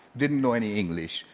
didn't know any english,